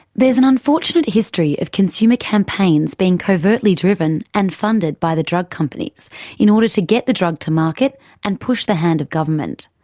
there is an unfortunate history of consumer campaigns being covertly driven and funded by the drug companies in order to get the drug to market and push the hand of government.